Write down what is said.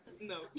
No